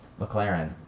McLaren